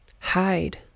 hide